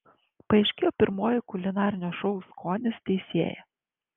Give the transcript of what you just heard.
paaiškėjo pirmoji kulinarinio šou skonis teisėja